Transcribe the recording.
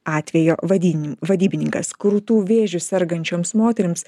atvejo vadyb vadybininkas krūtų vėžiu sergančioms moterims